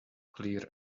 clear